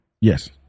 Yes